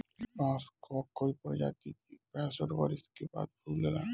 बांस कअ कई प्रजाति पैंसठ बरिस के बाद फूल देला